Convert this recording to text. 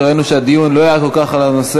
אף שראינו שהדיון לא היה כל כך על הנושא,